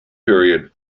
period